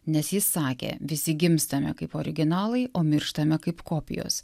nes jis sakė visi gimstame kaip originalai o mirštame kaip kopijos